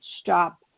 stop